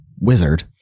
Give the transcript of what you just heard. wizard